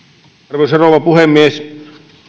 arvoisa rouva puhemies